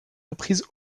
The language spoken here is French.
reprises